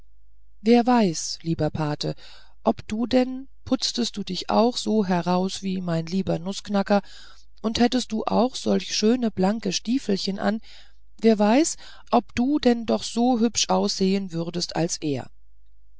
wer weiß lieber pate ob du denn putztest du dich auch so heraus wie mein lieber nußknacker und hättest du auch solche schöne blanke stiefelchen an wer weiß ob du denn doch so hübsch aussehen würdest als er